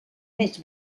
més